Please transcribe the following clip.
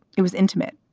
it was intimate.